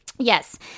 Yes